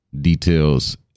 details